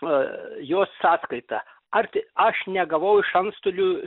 va jos sąskaitą ar t aš negavau iš antstolių